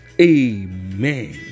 Amen